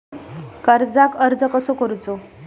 कर्जाक अर्ज कसो करूचो?